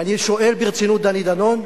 ואני שואל ברצינות, דני דנון,